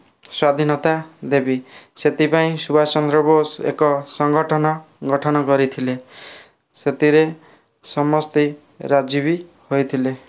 ସ୍ୱାଧୀନତା ଦେବି ସେଥିପାଇଁ ସୁଭାଷ ଚନ୍ଦ୍ର ବୋଷ ଏକ ସଂଗଠନ ଗଠନ କରିଥିଲେ ସେଥିରେ ସମସ୍ତେ ରାଜି ବି ହୋଇଥିଲେ